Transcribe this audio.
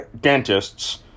dentists